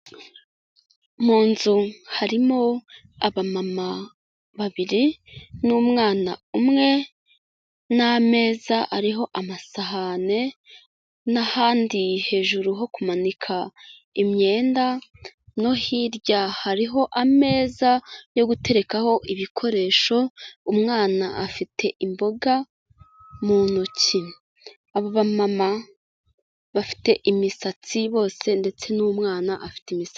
Mu nzu harimo abamama babiri n'umwana umwe n'ameza ariho amasahani n'ahandi hejuru ho kumanika imyenda, no hirya hariho ameza yo guterekaho ibikoresho, umwana afite imboga mu ntoki, aba bamama bafite imisatsi bose ndetse n'umwana afite imisatsi.